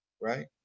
right